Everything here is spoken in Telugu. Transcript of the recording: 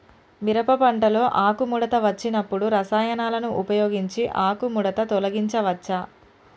మిరప పంటలో ఆకుముడత వచ్చినప్పుడు రసాయనాలను ఉపయోగించి ఆకుముడత తొలగించచ్చా?